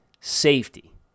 safety